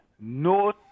No